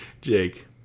Jake